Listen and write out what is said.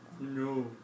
No